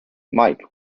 mike